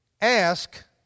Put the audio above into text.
ask